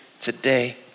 today